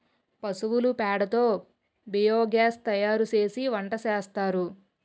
పశువుల పేడ తో బియోగాస్ తయారుసేసి వంటసేస్తారు